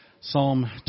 Psalm